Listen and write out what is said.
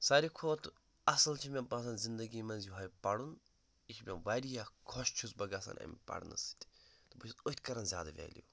ساروٕے کھۄتہٕ اصٕل چھُ مےٚ باسان زِندگی منٛز یِہوے پَرُن یہِ چھُ مےٚ واریاہ خۄش چھُس بہٕ گژھان اَمہِ پَرنہٕ سۭتۍ تہٕ بہٕ چھُس أتھۍ کَران زیادٕ ویلیٛو